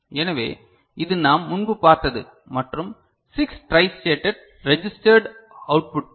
எனவே இது நாம் முன்பு பார்த்தது மற்றும் 6 ட்ரைஸ்டேட்டட் ரெஜிஸ்டர்ட் அவுட்புட்கள்